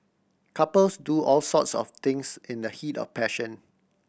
couples do all sorts of things in the heat of passion